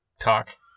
talk